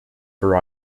for